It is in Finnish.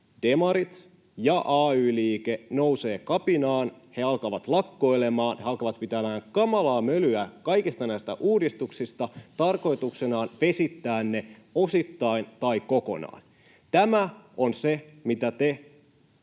demarit ja ay-liike nousevat kapinaan. He alkavat lakkoilemaan, alkavat pitämään kamalaa mölyä kaikista näistä uudistuksista tarkoituksenaan vesittää ne osittain tai kokonaan. Tämä on se, mitä te